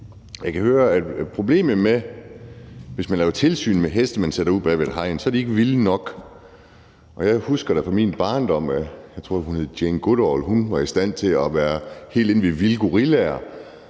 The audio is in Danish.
jeg kan høre, at problemet, hvis man laver tilsyn med heste, man sætter ud bag ved et hegn, er, at de så ikke er vilde nok. Jeg husker da fra min barndom, at Jane Goodall, som jeg tror hun hed, var i stand til at være helt inde ved nogle vilde gorillaer,